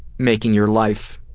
making your life